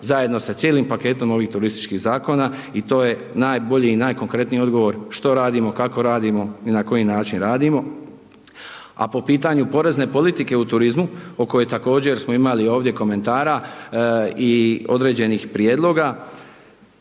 zajedno sa cijelim paketom ovih turističkih zakona i to je najbolji i najkonkretniji odgovor što radimo, kako radimo i na koji način radimo. A po pitanju porezne politike u turizmu o kojoj također smo imali ovdje komentara i određenih prijedloga,